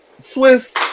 Swiss